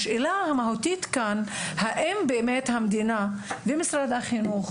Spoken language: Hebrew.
השאלה המהותית כאן היא האם באמת המדינה ומשרד החינוך